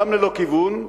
גם ללא כיוון,